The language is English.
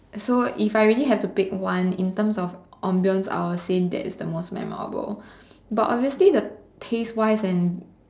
so if I really have to pick one in terms of ambiance I would say that is the most memorable but obviously the taste wise and